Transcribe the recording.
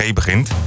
begint